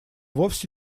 вовсе